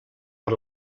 per